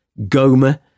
Goma